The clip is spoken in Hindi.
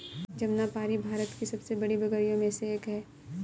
जमनापारी भारत की सबसे बड़ी बकरियों में से एक है